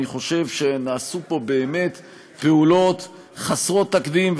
אני חושב שנעשו פה באמת פעולות חסרות תקדים,